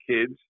kids